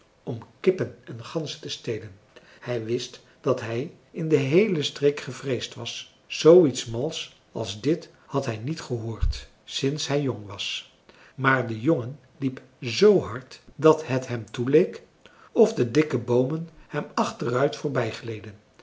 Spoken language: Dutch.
om kippen en ganzen te stelen hij wist dat hij in de heele streek gevreesd was zooiets mals als dit had hij niet gehoord sinds hij jong was maar de jongen liep zoo hard dat het hem toeleek of de dikke boomen hem achteruit